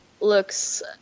looks